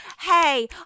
Hey